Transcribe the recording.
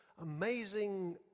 amazing